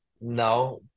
no